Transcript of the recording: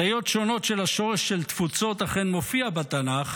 הטיות שונות של השורש של "תפוצות" אכן מופיעות בתנ"ך,